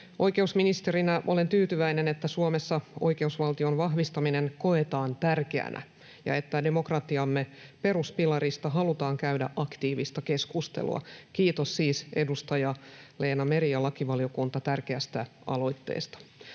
Oikeusministerinä olen tyytyväinen, että Suomessa oikeusvaltion vahvistaminen koetaan tärkeänä ja että demokratiamme peruspilarista halutaan käydä aktiivista keskustelua. Kiitos siis, edustaja Leena Meri ja lakivaliokunta, tärkeästä aloitteesta.